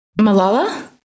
Malala